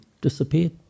Disappeared